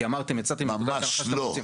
כי אמרתם, הצעתם --- ממש לא.